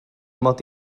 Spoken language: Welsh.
mod